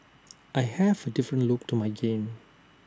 I have A different look to my game